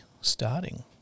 starting